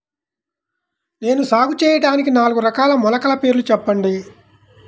నేను సాగు చేయటానికి నాలుగు రకాల మొలకల పేర్లు చెప్పండి?